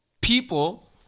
people